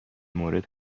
مورد